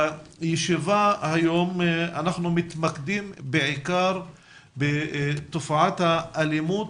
בישיבה היום אנחנו מתמקדים בעיקר בתופעת האלימות